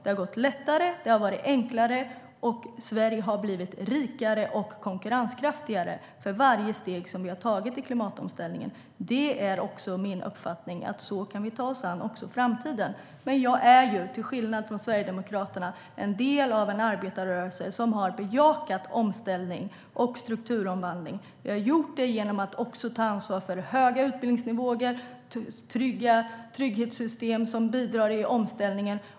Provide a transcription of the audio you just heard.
Det har gått lättare, det har varit enklare och Sverige har blivit rikare och konkurrenskraftigare för varje steg vi har tagit i klimatomställningen. Det är min uppfattning att vi kan ta oss an också framtiden på det sättet. Men jag är, till skillnad från Sverigedemokraterna, en del av en arbetarrörelse som har bejakat omställning och strukturomvandling. Det har vi gjort genom att också ta ansvar för höga utbildningsnivåer och trygghetssystem som bidrar i omställningen.